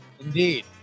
Indeed